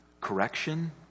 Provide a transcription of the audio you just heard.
Correction